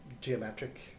geometric